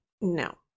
No